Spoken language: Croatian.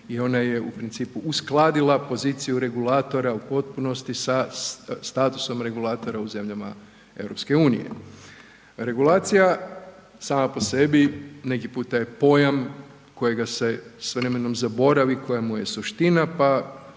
i ona je u principu uskladila poziciju regulatora u potpunosti sa statusom regulatora u zemljama EU-a. Regulacija sama po sebi neki puta je pojam kojega se s vremenom zaboravi, koja mu je suština pa